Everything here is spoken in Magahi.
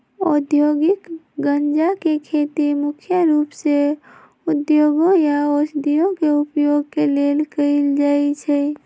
औद्योगिक गञ्जा के खेती मुख्य रूप से उद्योगों या औषधियों में उपयोग के लेल कएल जाइ छइ